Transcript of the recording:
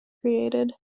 created